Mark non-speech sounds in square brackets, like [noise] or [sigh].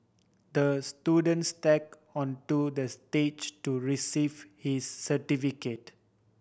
the student [unintelligible] onto the stage to receive his certificate